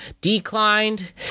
declined